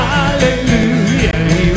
Hallelujah